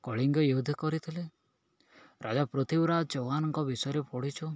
କଳିଙ୍ଗ ୟୁଦ୍ଧ କରିଥିଲେ ରାଜା ପୃଥିବୀରାଜ ଚୌହାନଙ୍କ ବିଷୟରେ ପଢ଼ିଛୁ